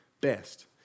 best